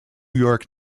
york